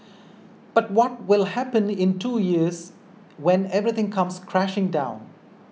but what will happen in two years when everything comes crashing down